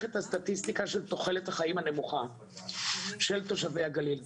את הסטטיסטיקה של תוחלת החיים הנמוכה של תושבי הגליל,